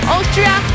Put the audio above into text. Austria